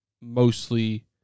mostly